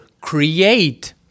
create